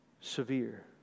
severe